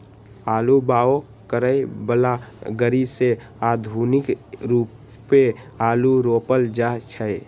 आलू बाओ करय बला ग़रि से आधुनिक रुपे आलू रोपल जाइ छै